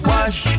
Wash